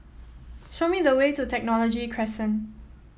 show me the way to Technology Crescent